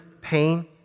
pain